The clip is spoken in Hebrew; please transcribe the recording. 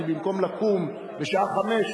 כי במקום לקום בשעה 05:00,